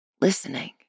listening